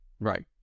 right